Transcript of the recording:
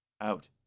Out